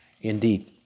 indeed